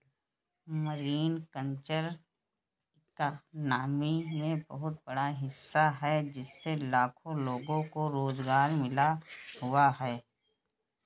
marine culture economy में बहुत बड़ा हिस्सा है इससे लाखों लोगों को रोज़गार मिल हुआ है